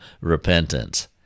repentance